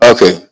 Okay